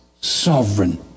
sovereign